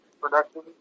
production